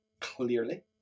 clearly